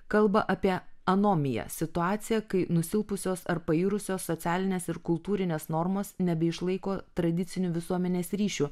kalba apie anomiją situaciją kai nusilpusios ar pairusios socialinės ir kultūrinės normos nebeišlaiko tradicinių visuomenės ryšių